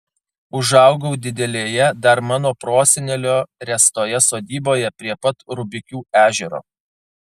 užaugau didelėje dar mano prosenelio ręstoje sodyboje prie pat rubikių ežero